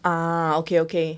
ah okay okay